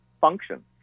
function